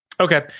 okay